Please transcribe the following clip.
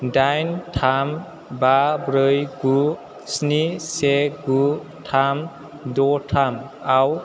डाइन थाम बा ब्रै गु स्नि से गु थाम द' थाम आव